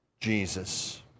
Jesus